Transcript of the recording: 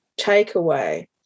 takeaway